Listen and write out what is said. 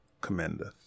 commendeth